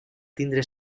tindre